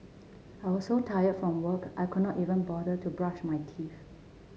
I was so tired from work I could not even bother to brush my teeth